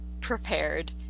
prepared